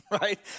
right